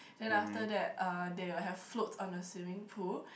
then after that uh they will have floats on a swimming pool